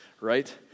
right